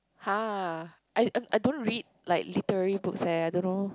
!huh! I I I don't read like literally books eh I don't know